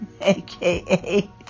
aka